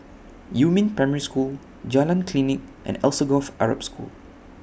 Yumin Primary School Jalan Klinik and Alsagoff Arab School